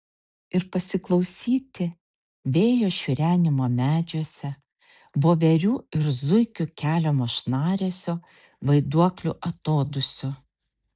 ir pasiklausyti vėjo šiurenimo medžiuose voverių ir zuikių keliamo šnaresio vaiduoklių atodūsių